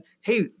Hey